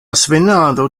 svenado